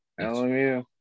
LMU